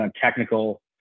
technical